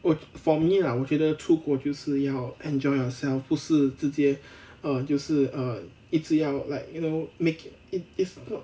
我 for me lah 我觉得出国就是要 enjoy yourself 不是直接 err 就是 err 一直要 like you know make it it's not